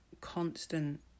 constant